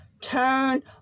turn